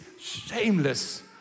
shameless